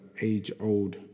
age-old